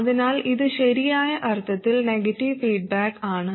അതിനാൽ ഇത് ശരിയായ അർത്ഥത്തിൽ നെഗറ്റീവ് ഫീഡ്ബാക്ക് ആണ്